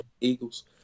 Eagles